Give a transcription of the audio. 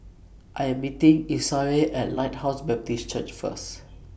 I Am meeting Esau At Lighthouse Baptist Church First